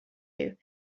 you